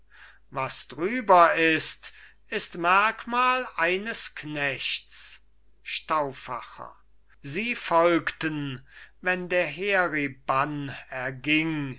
was drüber ist ist merkmal eines knechts stauffacher sie folgten wenn der heribann erging